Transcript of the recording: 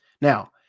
Now